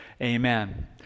Amen